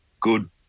good